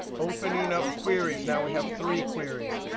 opening up queries, now we have three queries.